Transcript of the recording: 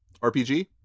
RPG